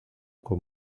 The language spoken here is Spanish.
con